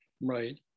Right